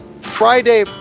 Friday